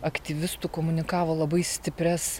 aktyvistų komunikavo labai stiprias